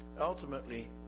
ultimately